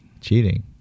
Cheating